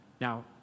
Now